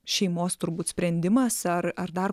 šeimos turbūt sprendimas ar ar dar